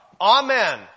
Amen